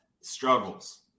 struggles